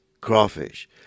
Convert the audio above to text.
crawfish